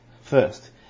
First